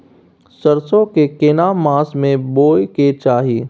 सरसो के केना मास में बोय के चाही?